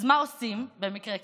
אז מה עושים במקרה כזה?